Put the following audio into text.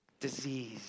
disease